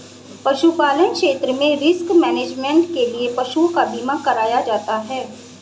पशुपालन क्षेत्र में रिस्क मैनेजमेंट के लिए पशुओं का बीमा कराया जाता है